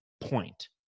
point